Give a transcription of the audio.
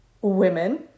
women